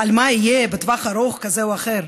על מה יהיה בטווח ארוך כזה או אחר.